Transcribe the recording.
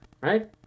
Right